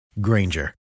Granger